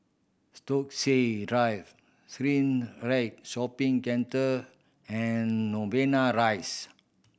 Stokesay Drive Shopping Centre and Novena Rise